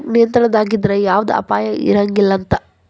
bank ನಿಯಂತ್ರಣದಾಗಿದ್ರ ಯವ್ದ ಅಪಾಯಾ ಇರಂಗಿಲಂತ್